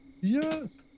Yes